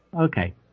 Okay